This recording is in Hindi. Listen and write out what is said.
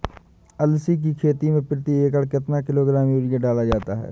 अलसी की खेती में प्रति एकड़ कितना किलोग्राम यूरिया डाला जाता है?